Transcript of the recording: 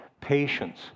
patience